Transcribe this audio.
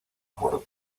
por